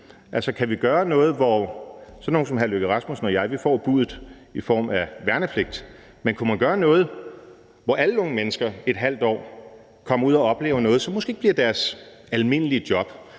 man gøre noget, hvor alle unge mennesker i et halvt år kom ud og oplevede noget, som måske ikke bliver deres almindelige job,